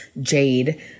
Jade